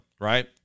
right